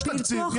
יש תקציב,